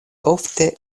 ofte